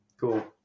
Cool